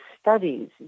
studies